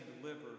deliver